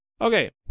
Okay